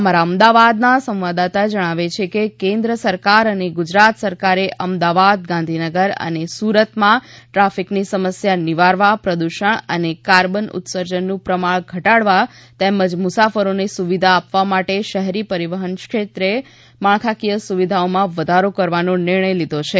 અમારા અમદાવાદના સંવાદદાતા જણાવે છે કે કેન્દ્ર સરકાર અને ગુજરાત સરકારે અમદાવાદ ગાંધીનગર અને સુરતમાં ટ્રાફિકની સમસ્યા નિવારવા પ્રદૂષણ અને કાર્બન ઉત્સર્જનનું પ્રમાણ ઘટાડવા તેમજ મુસાફરોને સુવિધા આપવા માટે શહેરી પરિવહન ક્ષેત્રે માળખાકીય સુવિધાઓમાં વધારો કરવાનો નિર્ણય લીધો છે